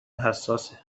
حساسه